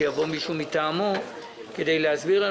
ביקשתי שיבוא מישהו מטעמו כדי להסביר.